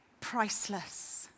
priceless